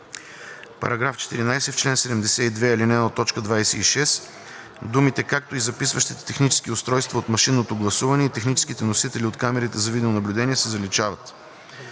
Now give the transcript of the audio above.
§ 15: „§ 15. В чл. 87, ал. 1, т. 32 думите „както и записващите технически устройства от машинното гласуване и техническите носители от камерите за видеонаблюдение“ се заличават.“